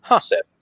seven